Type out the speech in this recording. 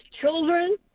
children